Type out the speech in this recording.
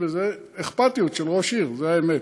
זו אכפתיות של ראש עיר, זו האמת.